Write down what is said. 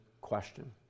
question